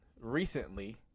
recently